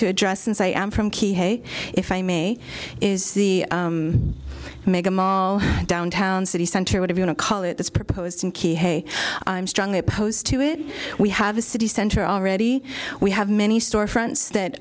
to address since i am from key hey if i may is the megamall downtown city center would have been to call it this proposed in key hey i'm strongly opposed to it we have a city center already we have many storefronts that